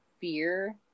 fear